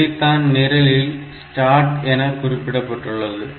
இதைத்தான் நிரலில் start என குறிப்பிடப்பட்டுள்ளது